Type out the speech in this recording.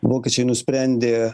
vokiečiai nusprendė